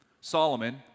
Solomon